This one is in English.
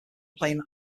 playing